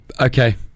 Okay